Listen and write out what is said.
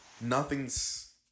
nothing's